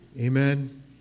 Amen